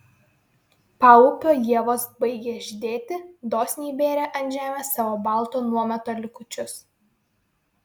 paupio ievos baigė žydėti dosniai bėrė ant žemės savo balto nuometo likučius